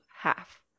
half